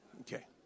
Okay